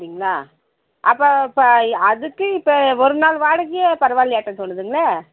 அப்புடிங்களா அப்போ இப்போ அதுக்கு இப்போ ஒரு நாள் வாடகையே பரவாயில்லையாட்டம் தோணுதுங்களே